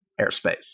airspace